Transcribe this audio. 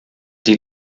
die